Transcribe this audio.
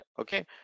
okay